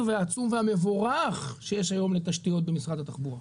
והעצום והמבורך שיש היום לתשתיות במשרד התחבורה,